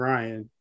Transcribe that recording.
Ryan